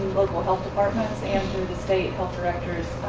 health departments, and through the state health director's